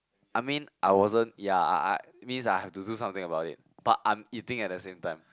I mean I wasn't ya I I I means I have to do something about it but I'm eating at the same time